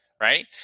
right